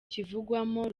kivugwamo